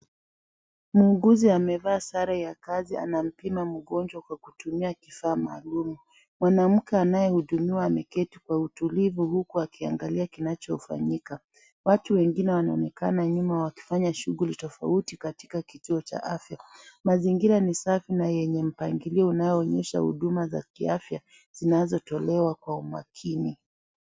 Muuguzi amevaa sare ya kazi anampima mgonjwa kwa kutumia kifaa maalum. Mwanamke anayehudumiwa ameketi kwa utulivu huku akiangalia kinachofanyika. Watu wengine wanaonekana nyuma wakifanya shughuli tofauti katika kituo cha afya. Mazingira ni safi na yenye mpangilio unao onyesha huduma za kiafya zinazotolewa kwa umakini.